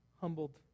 humbled